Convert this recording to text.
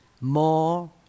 more